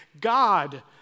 God